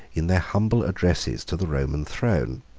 in their humble addresses to the roman throne.